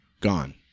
gone